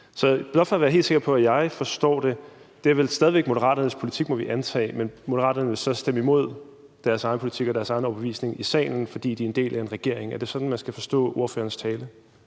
Så blot for at være helt sikker på, at jeg forstår det: Det er vel stadig væk Moderaternes politik, må vi antage, men Moderaterne vil så stemme imod deres egen politik og deres egen overbevisning i salen, fordi de er en del af en regering. Er det sådan, man skal forstå ordførerens tale?